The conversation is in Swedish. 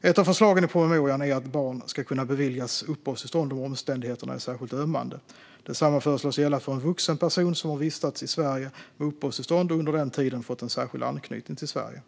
Ett av förslagen i promemorian är att barn ska kunna beviljas uppehållstillstånd om omständigheterna är särskilt ömmande. Detsamma föreslås gälla för en vuxen person som har vistats i Sverige med uppehållstillstånd och under den tiden fått en särskild anknytning till Sverige.